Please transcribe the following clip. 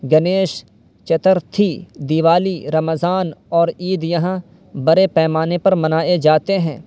گنیش چترتھی دیوالی رمضان اور عید یہاں بڑے پیمانے پر منائے جاتے ہیں